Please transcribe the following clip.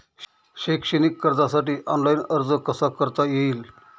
शैक्षणिक कर्जासाठी ऑनलाईन अर्ज कसा करता येईल?